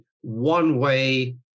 one-way